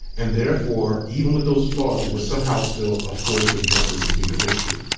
and therefore, even with those flaws, it was somehow still a force for justice in human history.